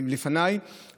לפניי חבריי,